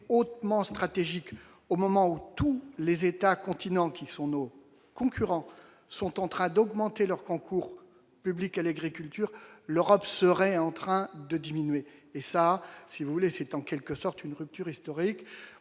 hautement stratégique au moment où tous les États continents qui sont nos concurrents sont en train d'augmenter leur concours publiques à l'agriculture, l'Europe serait en train de diminuer et ça si vous voulez, c'est en quelque sorte une rupture historique,